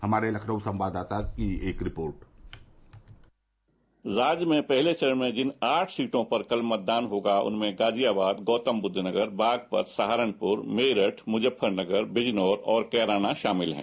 हमारे लखनऊ संवाददाता की एक रिपोर्ट राज्य में पहले चरण में जिन आठ सीटो पर मतदान होगा उनमें गाजियाबाद गौतमबुद्ध नगर बागपत सहारनपुर मेरठ मुजफ्फरनगर बिजनौर और कैराना शामिल हैं